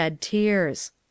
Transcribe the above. tears